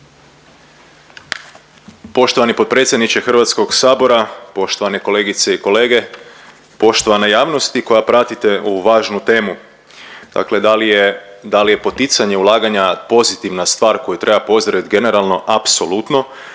Poštovani potpredsjedniče HS, poštovane kolegice i kolege, poštovana javnosti koja pratite ovu važnu temu. Dakle da li je, da li je poticanje ulaganja pozitivna stvar koju treba pozdravit generalno? Apsolutno,